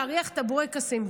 להריח את הבורקסים.